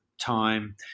time